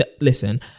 listen